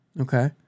Okay